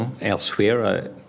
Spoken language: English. Elsewhere